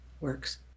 works